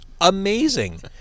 amazing